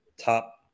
top